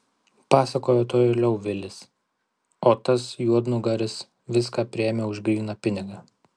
pasakojo toliau vilis o tas juodnugaris viską priėmė už gryną pinigą